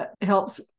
helps